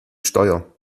steuer